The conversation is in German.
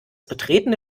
betretene